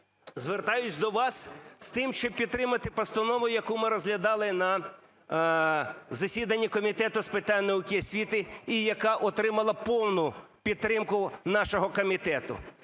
звертаюсь до вас з тим, щоб підтримати постанову, яку ми розглядали на засіданні Комітету з питань науки і освіти і яка отримала повну підтримку нашого комітету.